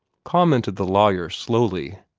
commented the lawyer, slowly